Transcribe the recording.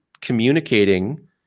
communicating